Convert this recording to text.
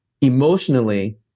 emotionally